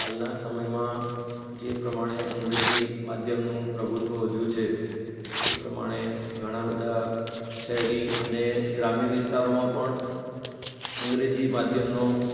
હાલના સમયમા જે પ્રમાણે અંગ્રેજી માધ્યમનું પ્રભુત્ત્વ વધ્યું છે તે પ્રમાણે ઘણાં બધા શહેરી અને ગ્રામ્ય વિસ્તારોમાં પણ અંગ્રેજી માધ્યમનો